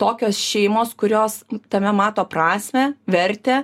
tokios šeimos kurios tame mato prasmę vertę